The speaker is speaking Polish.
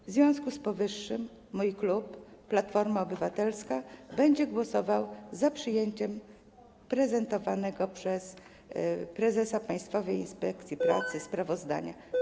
W związku z powyższym mój klub, klub Platformy Obywatelskiej, będzie głosował za przyjęciem przedstawionego przez prezesa Państwowej Inspekcji Pracy sprawozdania.